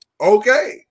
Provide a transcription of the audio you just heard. Okay